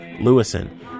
Lewison